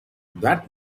that